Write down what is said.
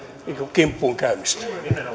kimppuun käymistä